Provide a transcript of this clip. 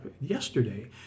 yesterday